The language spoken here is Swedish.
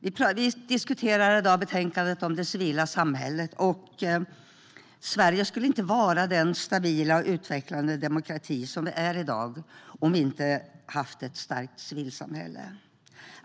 Vi diskuterar i dag ett betänkande om det civila samhället. Sverige skulle inte vara den stabila och utvecklade demokrati som vi är i dag om vi inte hade haft ett starkt civilsamhälle.